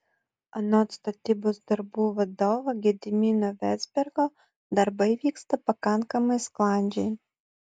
anot statybos darbų vadovo gedimino vezbergo darbai vyksta pakankamai sklandžiai